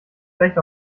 recht